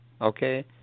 Okay